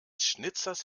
schnitzers